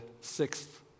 sixth